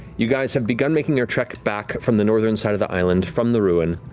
you guys have begun making your trek back from the northern side of the island from the ruin,